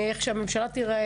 מאיך שהממשלה תיראה,